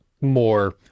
more